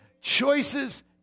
choices